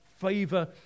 favor